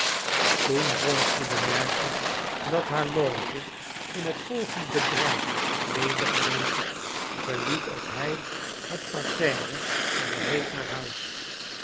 toen wronsky bemerkte dat haar loge in het volgend bedrijf ledig bleef verliet ook hij het parterre en reed naar huis